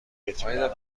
اطمینان